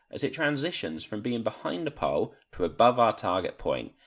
as it transitions from being behind the pole to above our target point,